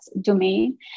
domain